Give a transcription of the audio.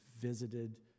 visited